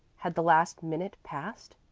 had the last minute passed?